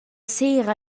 sera